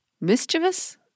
Mischievous